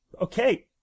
Okay